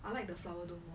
I like the flower dome more